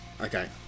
Okay